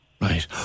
Right